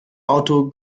auto